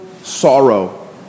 Sorrow